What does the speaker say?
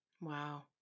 Wow